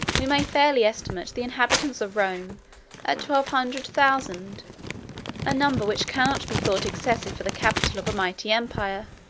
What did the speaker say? we may fairly estimate the inhabitants of rome at twelve hundred thousand a number which cannot be thought excessive for the capital of a mighty empire,